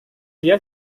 dia